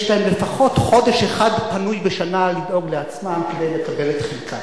יש להם לפחות חודש אחד פנוי בשנה לדאוג לעצמם כדי לקבל את חלקם.